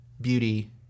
beauty